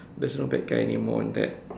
there's no bad guy anymore in that